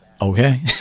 Okay